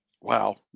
Wow